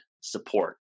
support